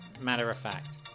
matter-of-fact